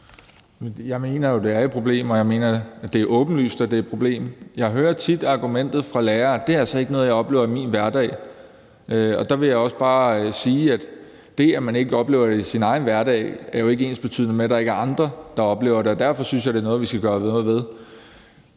Jeg mener jo, at det er et problem, og jeg mener, at det er åbenlyst, at det er et problem. Jeg hører tit argumentet fra lærere, at det altså ikke er noget, de oplever i deres hverdag, og der vil jeg også bare sige, at det, at man ikke oplever det i sin egen hverdag, ikke er ensbetydende med, at der ikke er andre, der oplever det. Derfor synes jeg, det er noget, vi skal gøre noget ved.